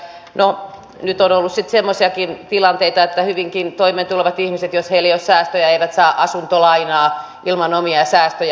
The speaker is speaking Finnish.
no nyt on ollut sitten semmoisiakin tilanteita että jos hyvinkin toimeentulevilla ihmisillä ei ole säästöjä he eivät saa asuntolainaa ilman omia säästöjä